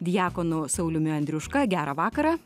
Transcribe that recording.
diakonu sauliumi andriuška gerą vakarą